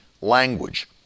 language